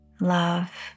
love